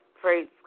Praise